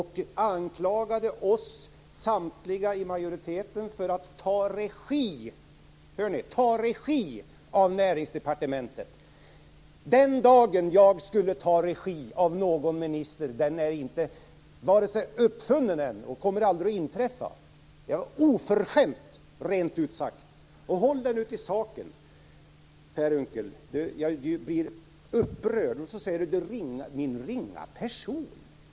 Han anklagade oss samtliga i majoritet för att ta regi - hör ni! - av Den dag jag skulle ta regi av någon minister är inte uppfunnen än och kommer aldrig att inträffa. Det var oförskämt, rent ut sagt! Per Unckel får hålla sig till saken. Jag blir upprörd. Sedan talar han om "min ringa person".